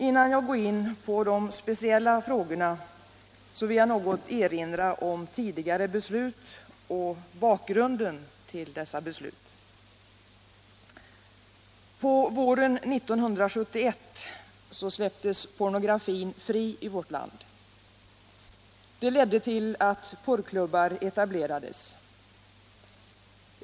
Innan jag går in på de speciella frågorna vill jag något erinra om tidigare beslut och bakgrunden till dessa beslut. På våren 1971 släpptes pornografin fri i vårt land. Det ledde till att porrklubbar etablerades.